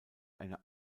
eine